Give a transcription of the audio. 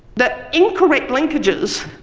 the incorrect linkages